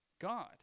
God